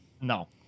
No